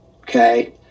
Okay